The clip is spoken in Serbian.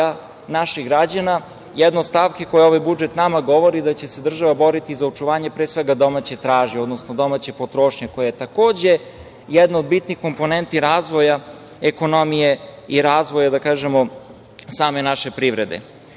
naših građana, jedna od stavki koje ovaj budžet nama govori jeste da će se država dalje boriti za očuvanje pre svega domaće tražnje, odnosno domaće potrošnje, koja je takođe jedna od bitnih komponenti razvoja ekonomije i razvoja same naše privrede. Bitno